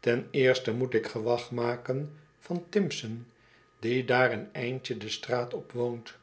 ten eerste moet ik gewag maken van timpson die daar een eindje de straat op woont